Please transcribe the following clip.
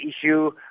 issue